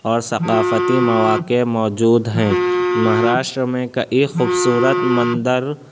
اور ثقافتی مواقع موجود ہیں مہاراشٹر میں کئی خوبصورت مندر